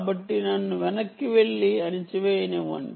కాబట్టి వెనక్కి వెళ్లి చూద్దాం